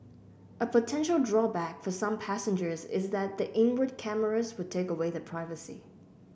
a potential drawback for some passengers is that the inward cameras would take away their privacy